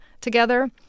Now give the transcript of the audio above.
together